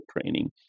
training